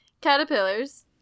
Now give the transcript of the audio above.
Caterpillars